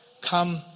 come